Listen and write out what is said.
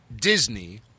Disney